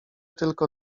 tylko